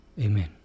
Amen